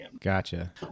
Gotcha